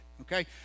Okay